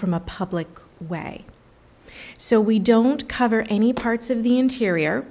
from a public way so we don't cover any parts of the interior